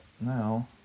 now